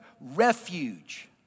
refuge